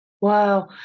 Wow